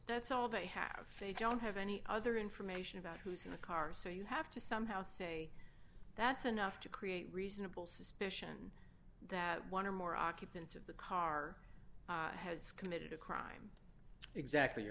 that's all they have they don't have any other information about who's in the car so you have to somehow say that's enough to create reasonable suspicion that one or more occupants of the car has committed a crime exactly your